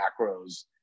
macros